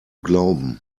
glauben